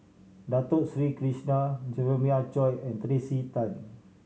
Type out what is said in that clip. Dato Sri Krishna Jeremiah Choy and Tracey Tan